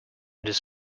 this